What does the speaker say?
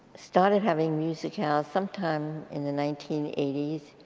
started having music house sometime in the nineteen eighty s.